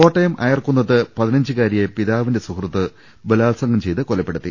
കോട്ടയം അയർക്കുന്നത്ത് പതിനഞ്ചുകാരിയെ പിതാവിന്റെ സുഹൃത്ത് ബലാത്സംഗം ചെയ്ത് കൊലപ്പെടുത്തി